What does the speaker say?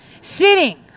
sitting